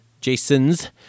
Jason's